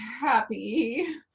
happy